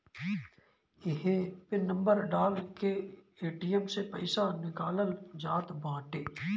इहे pin number डाल के ए.टी.एम से पईसा निकालल जात बाटे